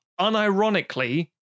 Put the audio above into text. Unironically